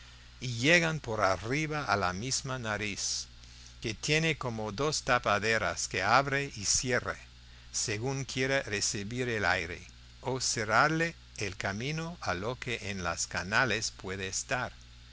y llegan por arriba a la misma nariz que tiene como dos tapaderas que abre y cierra según quiera recibir el aire o cerrarle el camino a lo que en las canales pueda estar